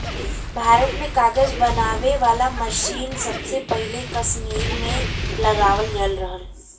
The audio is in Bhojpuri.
भारत में कागज बनावे वाला मसीन सबसे पहिले कसमीर में लगावल गयल रहल